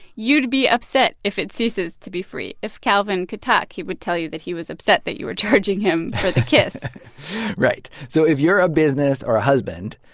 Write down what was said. you'd be upset if it ceases to be free. if calvin could talk, he would tell you that he was upset that you were charging him for the kiss right. so if you're a business or a husband,